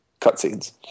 cutscenes